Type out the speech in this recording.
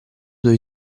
dove